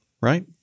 right